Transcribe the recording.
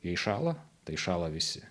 jei šąla tai šąla visi